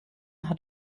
hat